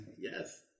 Yes